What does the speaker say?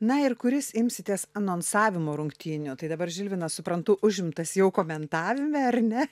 na ir kuris imsitės anonsavimo rungtynių tai dabar žilvinas suprantu užimtas jau komentavime ar ne